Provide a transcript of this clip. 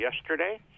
yesterday